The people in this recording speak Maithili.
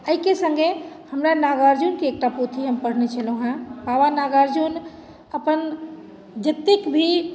एहिके सङ्गे हमरा नागार्जुनके एकटा पोथी हम पढ़ने छेलहुँ हेँ बाबा नागार्जुन अपन जतेक भी